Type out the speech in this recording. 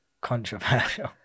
controversial